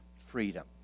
freedom